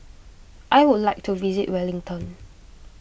I would like to visit Wellington